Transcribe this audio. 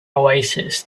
oasis